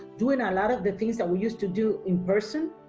doing a lot of the things that we used to do in person,